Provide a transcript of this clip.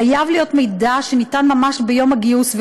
חייב להיות מידע שניתן ממש ביום הגיוס,